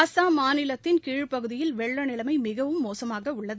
அஸ்ஸாம் மாநிலத்தின் கீழ் பகுதியில் வெள்ள நிலைமை மிகவும் மோசமாக உள்ளது